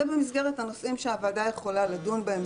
זה נכנס במסגרת הנושאים שהוועדה יכולה לדון בהם,